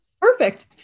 Perfect